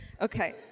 Okay